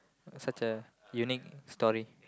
such a unique story